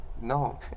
no